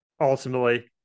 Ultimately